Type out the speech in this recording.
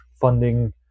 funding